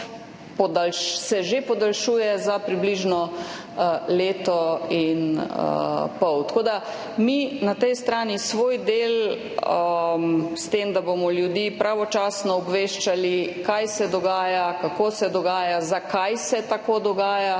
že podaljšuje za približno leto in pol. Tako da mi na tej strani svoj del, to, da bomo ljudi pravočasno obveščali, kaj se dogaja, kako se dogaja, zakaj se tako dogaja,